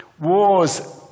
Wars